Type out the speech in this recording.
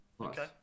Okay